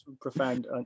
profound